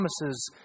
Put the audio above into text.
promises